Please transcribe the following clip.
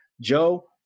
Joe